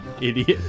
Idiot